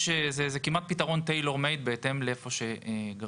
כלומר, זה כמעט פתרון tailor-made בהתאם לבניין.